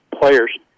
players